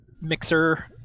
Mixer